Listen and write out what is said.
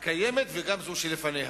הקיימת, וגם זו שלפניה.